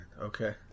Okay